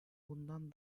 bundan